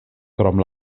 krom